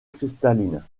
cristalline